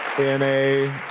in a,